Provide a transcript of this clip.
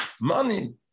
Money